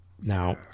Now